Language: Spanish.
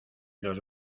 los